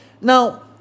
Now